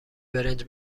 برنج